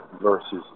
versus